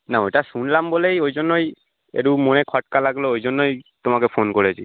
না ওইটা শুনলাম বলেই ওই জন্যই এটটু মনে খটকা লাগলো ওই জন্যই তোমাকে ফোন করেছি